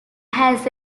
has